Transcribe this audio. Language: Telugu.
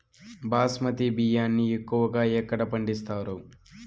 బాస్మతి బియ్యాన్ని ఎక్కువగా ఎక్కడ పండిస్తారు?